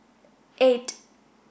eight